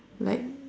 like